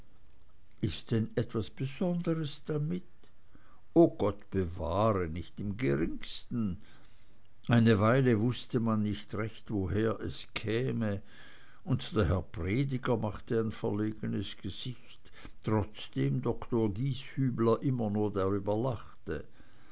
ist es denn etwas besonderes damit o gott bewahre nicht im geringsten eine weile wußte man nicht recht woher es käme und der herr prediger machte ein verlegenes gesicht trotzdem doktor gieshübler immer nur darüber lachte